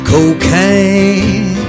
Cocaine